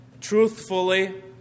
truthfully